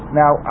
now